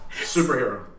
Superhero